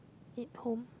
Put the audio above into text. it home